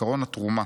עקרון התרומה.